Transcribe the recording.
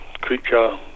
creature